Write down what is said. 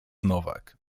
nowak